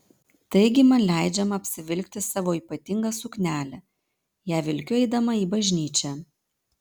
taigi man leidžiama apsivilkti savo ypatingą suknelę ją vilkiu eidama į bažnyčią